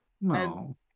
No